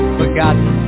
forgotten